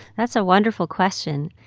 that's a wonderful question.